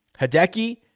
Hideki